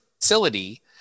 facility